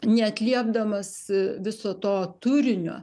neatliepdamas viso to turinio